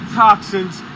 toxins